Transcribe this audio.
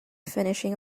finishing